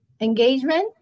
engagement